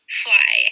fly